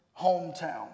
hometown